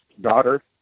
daughter